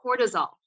cortisol